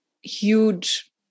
huge